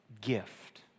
gift